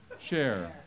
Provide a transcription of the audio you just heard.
Chair